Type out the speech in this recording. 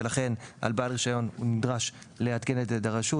ולכן בעל רישיון נדרש לעדכן על כך את הרשות.